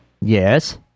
Yes